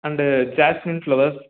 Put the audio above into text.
and jasmine flowers